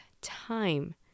time